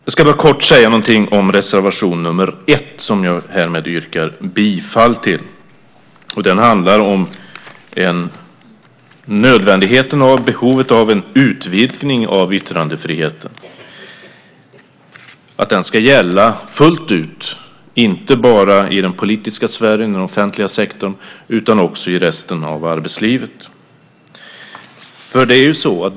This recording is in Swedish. Jag ska helt kort säga några ord om reservation nr 1, som jag härmed yrkar bifall till. Reservationen handlar om nödvändigheten, behovet, av en utvidgning av yttrandefriheten, av att den ska gälla fullt ut - inte bara inom den politiska sfären och i den offentliga sektorn utan också i resten av arbetslivet.